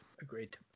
Agreed